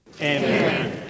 Amen